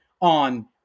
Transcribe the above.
on